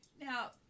now